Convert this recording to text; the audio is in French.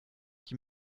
qui